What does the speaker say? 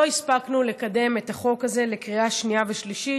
לא הספקנו לקדם את החוק הזה לקריאה שנייה ושלישית,